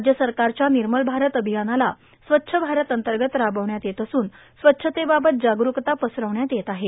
राज्य सरकारच्या निर्मेल भारत अभियानाला स्वच्छ भारत अंतर्गत राबविण्यात येत असून स्वच्छतेवावत जागस्कता पसरविण्यात येत आहे